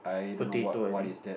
potato I think